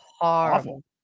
horrible